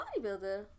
bodybuilder